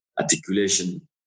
articulation